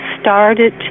started